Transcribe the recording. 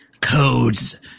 codes